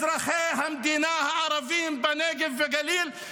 אזרחי המדינה הערבים בנגב ובגליל,